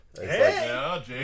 Hey